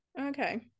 Okay